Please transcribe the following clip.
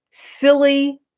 Silly